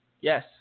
Yes